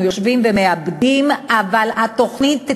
אנחנו יושבים ומעבדים את התוכנית,